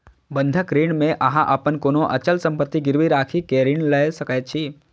बंधक ऋण मे अहां अपन कोनो अचल संपत्ति गिरवी राखि कें ऋण लए सकै छी